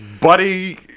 Buddy